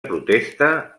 protesta